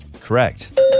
Correct